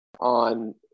on